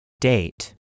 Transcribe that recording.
Date